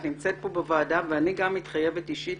את נמצאת כאן בוועדה וגם אני מתחייבת אישית